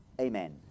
Amen